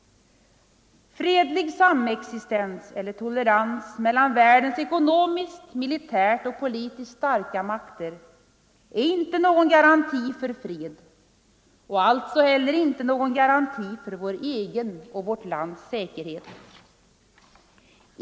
Fredlig samexistens och tolerans mellan världens ekonomiskt, militärt och politiskt starka makter är inte någon garanti för fred och alltså inte heller någon garanti för vår egen och vårt lands säkerhet.